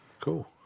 cool